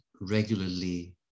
regularly